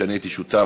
ואני הייתי שותף,